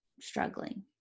struggling